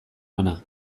hona